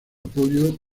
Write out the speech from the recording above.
apoyo